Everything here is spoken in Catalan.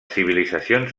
civilitzacions